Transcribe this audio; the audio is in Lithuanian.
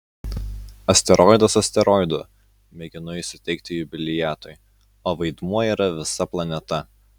asteroidas asteroidu mėginu įsiteikti jubiliatui o vaidmuo yra visa planeta